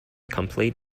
complete